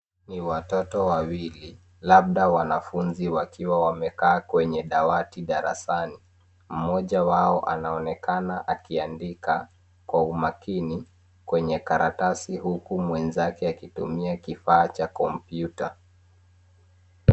Ni watoto wawili, labda wanafunzi, wakiwa wamekaa kwenye dawati darasani. Mmoja wao anaonekana akiandika kwa umakini kwenye karatasi, huku mwenzake akitumia kifaa cha kompyuta.